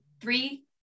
three